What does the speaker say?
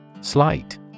Slight